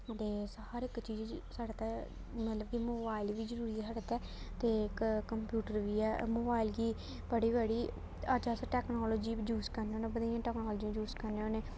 ते हर इक चीज साढ़ै ते मतलब कि मोबाइल बी जरूरी ऐ साढ़ै ते ते कंप्यूटर बी ऐ मोबाइल गी पढ़ी पढ़ी अज्ज अस टेक्नोलॉजी यूज़ करने होन्ने बथेरियां टेक्नोलाजियां यूज़ करने होन्ने